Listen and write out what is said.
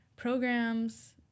programs